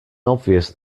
obvious